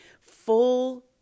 full